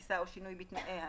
היום יום שני, 30 בנובמבר 2020,